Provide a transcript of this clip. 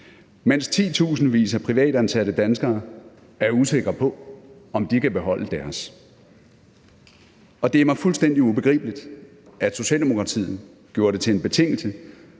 mens titusindvis af privatansatte danskere er usikre på, om de kan beholde deres. Det er mig fuldstændig ubegribeligt, at Socialdemokratiet gjorde dét til en betingelse